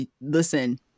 listen